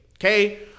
Okay